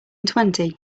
twenty